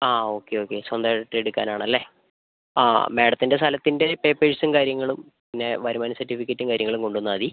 ആ okay okay സ്വന്തമായിട്ട് എടുക്കാനാണല്ലേ ആ മേഡത്തിൻ്റെ സ്ഥലത്തിൻ്റെ പേപ്പേഴ്സും കാര്യങ്ങളും പിന്നെ വരുമാന സർട്ടിഫിക്കറ്റും കാര്യങ്ങളും കൊണ്ടുവന്നാൽ മതി